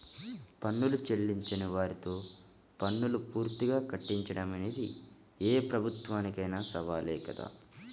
పన్నులు చెల్లించని వారితో పన్నులు పూర్తిగా కట్టించడం అనేది ఏ ప్రభుత్వానికైనా సవాలే కదా